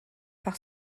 par